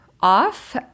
off